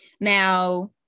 now